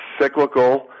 cyclical